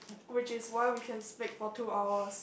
which is why we can speak for two hours